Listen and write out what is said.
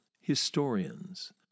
historians